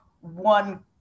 one